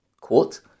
quote